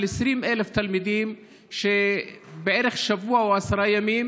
20,000 תלמידים בערך שבוע או עשרה ימים